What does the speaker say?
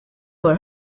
were